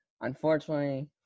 Unfortunately